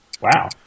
Wow